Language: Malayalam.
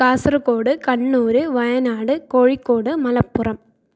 കാസർഗോഡ് കണ്ണൂര് വയനാട് കോഴിക്കോട് മലപ്പുറം